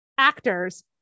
actors